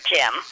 Jim